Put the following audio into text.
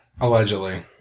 Allegedly